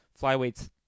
flyweights